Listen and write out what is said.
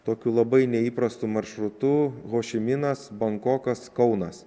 tokiu labai neįprastu maršrutu hošiminas bankokas kaunas